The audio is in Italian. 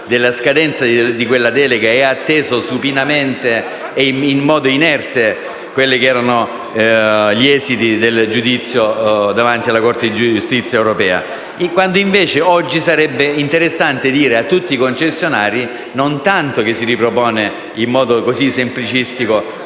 della scadenza di quella delega ed ha atteso supinamente e in modo inerte gli esiti del giudizio davanti alla Corte di giustizia europea. Oggi invece sarebbe interessante dire a tutti i concessionari non tanto che si propone in modo così semplicistico